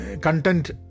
content